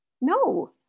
No